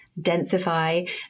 densify